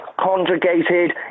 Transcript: conjugated